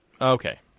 Okay